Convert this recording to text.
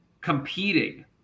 competing